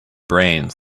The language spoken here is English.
brains